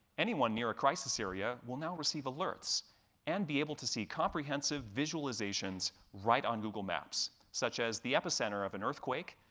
anyone year a crisis area will now receive alerts and be able to see comprehensive visualizations right on google maps, such as the epicenter of an earthquake,